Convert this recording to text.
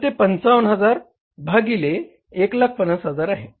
तर ते 55000 भागिले 150000 आहे